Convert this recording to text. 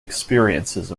experiences